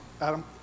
Adam